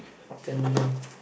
ten million